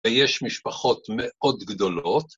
‫ויש משפחות מאוד גדולות.